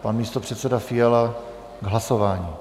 Pan místopředseda Fiala k hlasování.